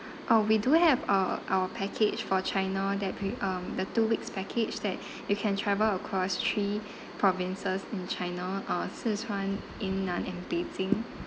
uh we do have uh our package for china that pi~ um the two weeks package that you can travel across three provinces in china uh szechuan yunnan and beijing